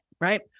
right